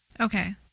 Okay